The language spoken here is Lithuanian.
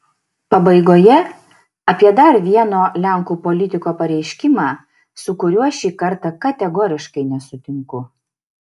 pabaigoje apie dar vieno lenkų politiko pareiškimą su kuriuo šį kartą kategoriškai nesutinku